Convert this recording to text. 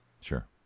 Sure